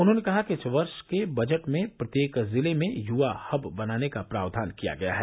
उन्होंने कहा कि इस वर्ष के बजट में प्रत्येक जिले में युवा हब बनाने का प्रावधान किया गया है